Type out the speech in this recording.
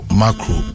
macro